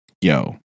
yo